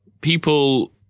people